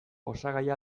osagaia